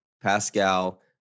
Pascal